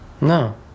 No